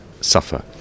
suffer